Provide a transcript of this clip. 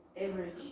Average